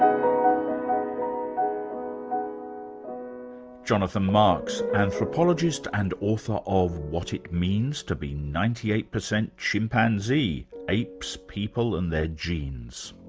um jonathan marks, anthropologist and author of what it means to be ninety eight percent chimpanzee apes, people and their genes.